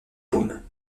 paume